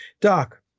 Doc